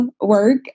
work